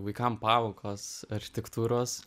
vaikam pamokos architektūros